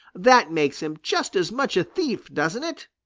that makes him just as much a thief, doesn't it?